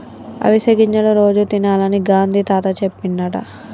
అవిసె గింజలు రోజు తినాలని గాంధీ తాత చెప్పిండట